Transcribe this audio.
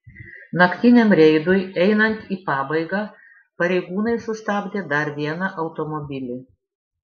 naktiniam reidui einant į pabaigą pareigūnai sustabdė dar vieną automobilį